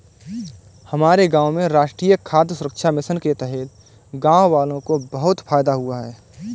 हमारे गांव में राष्ट्रीय खाद्य सुरक्षा मिशन के तहत गांववालों को बहुत फायदा हुआ है